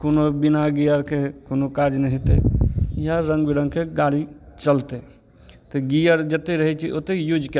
कोनो बिना गियरके कोनो काज नहि हेतै इएह रंग बिरंगके गाड़ी चलतै तऽ गियर जते रहै छै ओते यूज कै